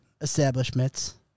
establishments